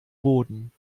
boden